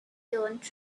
don’t